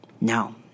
No